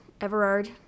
Everard